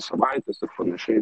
savaitės ir panašiai